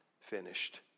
finished